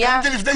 הסכמתי לפני שעה.